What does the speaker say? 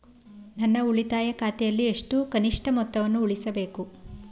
ನನ್ನ ಉಳಿತಾಯ ಖಾತೆಯಲ್ಲಿ ಎಷ್ಟು ಕನಿಷ್ಠ ಮೊತ್ತವನ್ನು ಉಳಿಸಬೇಕು?